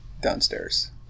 downstairs